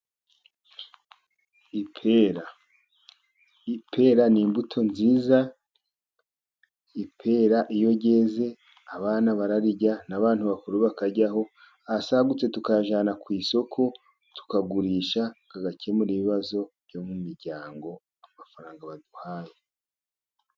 Ipera, ipera n'imbuto nziza ipera iyo ryeze abana bararirya n'abantu bakuru bakaryaho, ayasagutse tukayajyana ku isoko tukagurisha, tugakemura ibibazo byo mu miryango, amafaranga baduhaye.